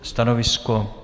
Stanovisko?